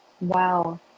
Wow